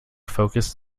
focused